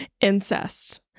incest